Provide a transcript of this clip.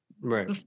Right